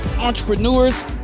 entrepreneurs